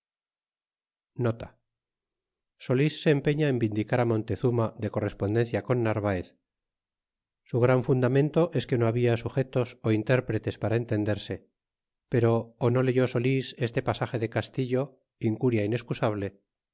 narvaez solís se empeiia en vindicar montezuma de correspondencia con narvaez su gran fundamento es que no habia sugelos intdrpretes para entenderse pero ó no leyó solis este pasage de castillo incuria inescusablc